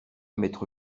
mettre